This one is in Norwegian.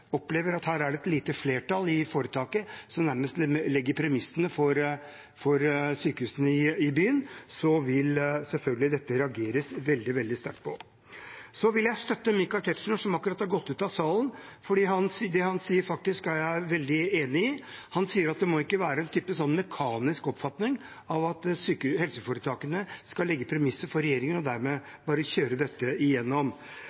opplever at det er et lite flertall i foretaket som nærmest legger premissene for sykehusene i byen, vil selvfølgelig dette reageres veldig sterkt på. Så vil jeg støtte Michael Tetzschner, som akkurat har gått ut av salen. Det han sier, er jeg veldig enig i. Han sier at det må ikke være en sånn mekanisk oppfatning av at helseforetakene skal legge premisser for regjeringen og dermed bare kjøre dette igjennom.